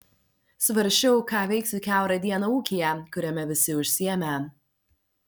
svarsčiau ką veiksiu kiaurą dieną ūkyje kuriame visi užsiėmę